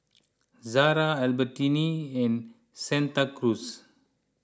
Zara Albertini and Santa Cruz